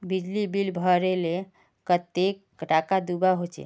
बिजली बिल भरले कतेक टाका दूबा होचे?